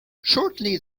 shortly